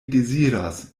deziras